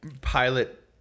pilot